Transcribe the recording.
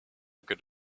good